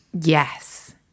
Yes